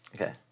Okay